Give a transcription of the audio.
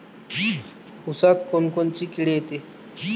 ऊसात कोनकोनची किड येते?